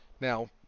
Now